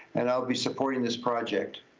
and i'll be supporting this project.